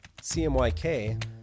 CMYK